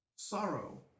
sorrow